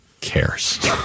cares